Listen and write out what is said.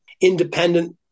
independent